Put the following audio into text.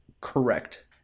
correct